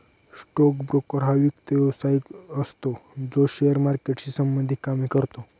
stock broker हा वित्त व्यवसायिक असतो जो शेअर मार्केटशी संबंधित कामे करतो